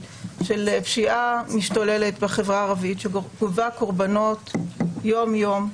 של פשיעה משתוללת בחברה הערבית שגובה קורבנות יום-יום.